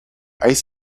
ice